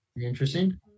interesting